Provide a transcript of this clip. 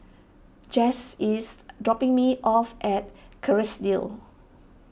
Jace is dropping me off at Kerrisdale